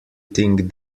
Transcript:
think